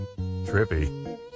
trippy